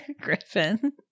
Griffin